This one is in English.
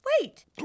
wait